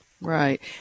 Right